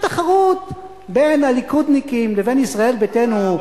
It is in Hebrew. התחרות בין הליכודניקים לבין ישראל ביתנו,